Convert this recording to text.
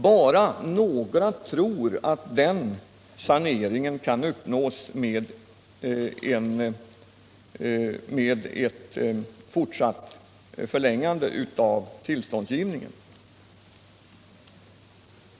Bara några tror att den saneringen kan uppnås genom förlängning av tillståndsgivningen.